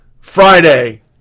Friday